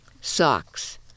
Socks